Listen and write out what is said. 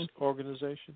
organization